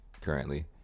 currently